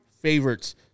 favorites